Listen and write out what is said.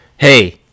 Hey